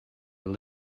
were